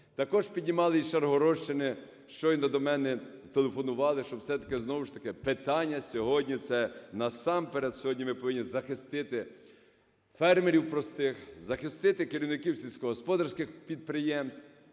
Також піднімали із Шаргородщини, щойно до мене телефонували, щоб все-таки знову ж таки питання сьогодні. це насамперед сьогодні ми повинні захистити фермерів простих, захистити керівників сільськогосподарських підприємств